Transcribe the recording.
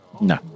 No